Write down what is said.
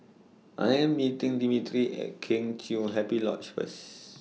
I Am meeting Dimitri At Kheng Chiu Happy Lodge First